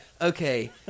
okay